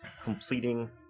completing